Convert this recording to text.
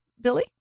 Billy